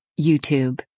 YouTube